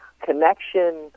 connection